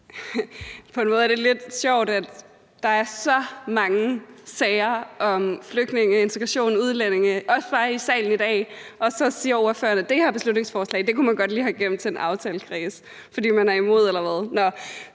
På en måde er det lidt sjovt, at der er så mange sager om flygtninge, integration og udlændinge, også bare i salen i dag, og at ordføreren så siger, at det her beslutningsforslag kunne man godt lige have gemt til en aftalekreds – er det, fordi man er imod, eller hvad?